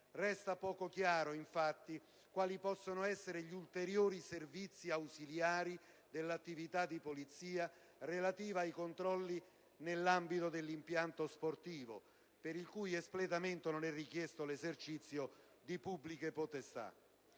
Resta poco chiaro, infatti, quali possono essere gli ulteriori servizi ausiliari dell'attività di polizia relativa ai controlli nell'ambito dell'impianto sportivo per il cui espletamento non è richiesto l'esercizio di pubbliche potestà.